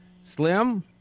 Slim